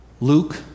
Luke